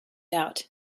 out